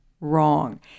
Wrong